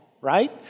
right